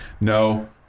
no